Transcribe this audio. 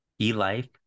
eLife